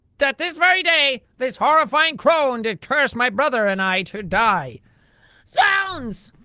that this very day, this horrifying crone did curse my brother and i to die zwounds!